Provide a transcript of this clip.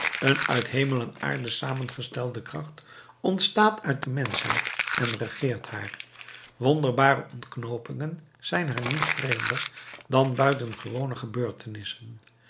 een uit hemel en aarde samengestelde kracht ontstaat uit de menschheid en regeert haar wonderbare ontknoopingen zijn haar niet vreemder dan buitengewone gebeurtenissen